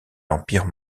l’empire